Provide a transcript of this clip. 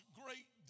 great